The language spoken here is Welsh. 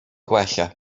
gwella